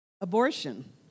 Abortion